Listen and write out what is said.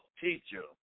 teacher